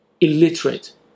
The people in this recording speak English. illiterate